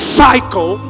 cycle